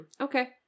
Okay